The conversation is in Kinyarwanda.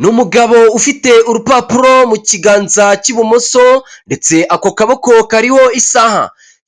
Ni umugabo ufite urupapuro mu kiganza cy'ibumoso, ndetse ako kaboko kariho isaha.